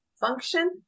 function